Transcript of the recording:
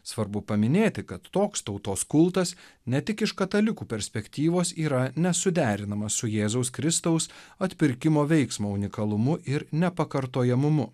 svarbu paminėti kad toks tautos kultas ne tik iš katalikų perspektyvos yra nesuderinamas su jėzaus kristaus atpirkimo veiksmo unikalumu ir ne pakartojamumu